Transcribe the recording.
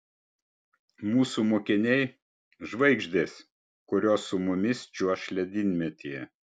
mūsų mokiniai žvaigždės kurios su mumis čiuoš ledynmetyje